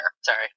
Sorry